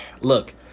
look